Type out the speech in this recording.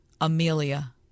Amelia